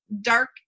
dark